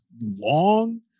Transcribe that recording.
long